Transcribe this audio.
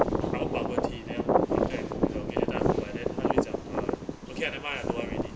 I want bubble tea then after that 我会给她 boba then 她会讲 uh okay never mind I don't want already